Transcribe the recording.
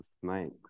snakes